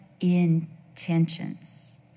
intentions